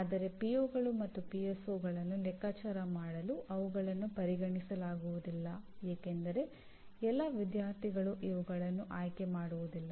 ಆದರೆ ಪಿಒಗಳು ಲೆಕ್ಕಾಚಾರ ಮಾಡಲು ಅವುಗಳನ್ನು ಪರಿಗಣಿಸಲಾಗುವುದಿಲ್ಲ ಏಕೆಂದರೆ ಎಲ್ಲಾ ವಿದ್ಯಾರ್ಥಿಗಳು ಇವುಗಳನ್ನು ಆಯ್ಕೆ ಮಾಡುವುದಿಲ್ಲ